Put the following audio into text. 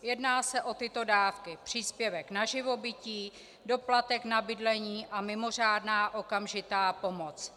Jedná se o tyto dávky: příspěvek na živobytí, doplatek na bydlení a mimořádná okamžitá pomoc.